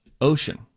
Ocean